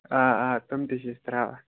آ آ تُم تہِ چھِ أسۍ ترٛاوان